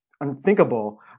unthinkable